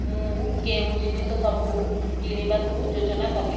ମୁଁ କେଉଁ ଜିନିଷସବୁ କିଣିବାକୁ ଯୋଜନା କଲି